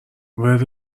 ورد